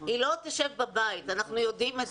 היא לא תשב בבית, אנחנו יודעים את זה.